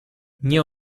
nie